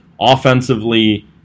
Offensively